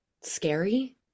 scary